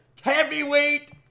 Heavyweight